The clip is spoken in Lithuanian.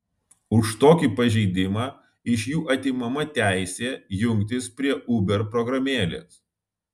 už tokį pažeidimą iš jų atimama teisė jungtis prie uber programėlės